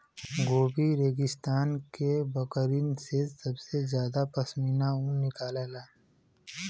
Gobi रेगिस्तान के बकरिन से सबसे जादा पश्मीना ऊन निकलला